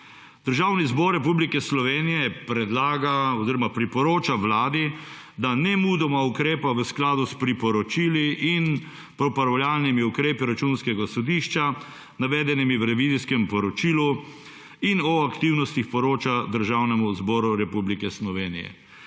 Državni zbor Republike Slovenije predlaga oziroma priporoča Vladi, da nemudoma ukrepa v skladu s priporočili in popravljalnimi ukrepi Računskega sodišča, navedenimi v revizijskem poročilu, in o aktivnostih poroča Državnemu zboru Republike Slovenije.